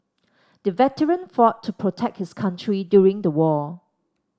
the veteran fought to protect his country during the war